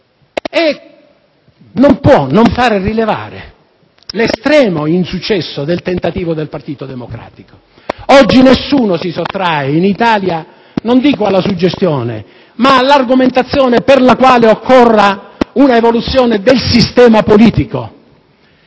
e non può non far rilevare l'estremo insuccesso del tentativo del Partito democratico. Oggi nessuno si sottrae, in Italia, non dico alla suggestione, ma all'argomentazione per la quale occorra una evoluzione del sistema politico.